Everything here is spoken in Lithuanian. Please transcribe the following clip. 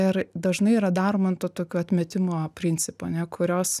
ir dažnai yra daroma tuo tokiu atmetimo principu a ne kurios